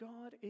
God